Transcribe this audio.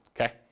okay